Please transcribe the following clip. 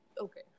okay